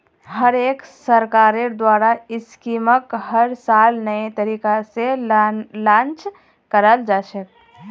हर एक सरकारेर द्वारा स्कीमक हर साल नये तरीका से लान्च कराल जा छे